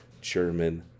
German